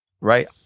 right